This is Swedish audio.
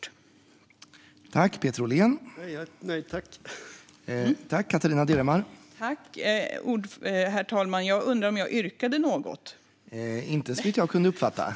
Herr talman! Jag önskar yrka bifall till reservation 24.